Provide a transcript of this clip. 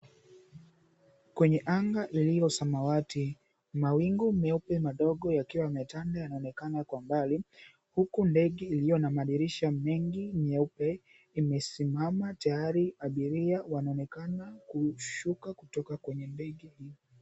Kwenye anga lililo samawati, mawingu madogo meupe yakiwa yametanda yanaonekana kwa mbali huku ndege iliyo na madirisha mengi nyeupe imesimama tayari abiria wanaonekana kushuka kutoka kwenye ndege hii.